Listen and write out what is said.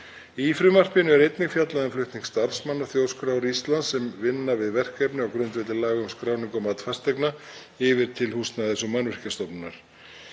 Í frumvarpinu er einnig fjallað um flutning starfsmanna Þjóðskrár Íslands, sem vinna við verkefni á grundvelli laga um skráningu og mat fasteigna, yfir til Húsnæðis- og mannvirkjastofnunar.